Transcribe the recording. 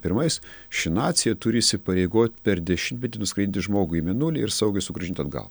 pirmais ši nacija turi įsipareigot per dešimtmetį nuskraidinti žmogų į mėnulį ir saugiai sugrąžint atgal